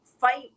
fight